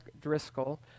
Driscoll